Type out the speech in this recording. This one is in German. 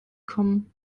kommen